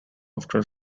after